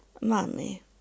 money